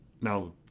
Now